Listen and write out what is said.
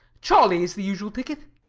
cholly is the usual ticket.